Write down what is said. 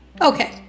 Okay